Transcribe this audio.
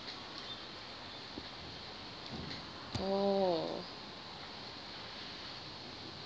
oh